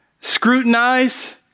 scrutinize